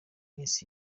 miss